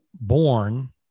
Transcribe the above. born